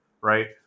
right